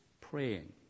praying